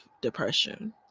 depression